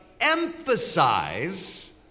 emphasize